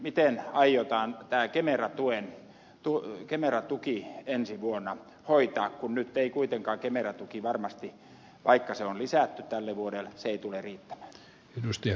miten aiotaan tämä kemera tuki ensi vuonna hoitaa kun nyt ei kuitenkaan kemera tuki varmasti vaikka sitä on lisätty tälle vuodelle tule riittämään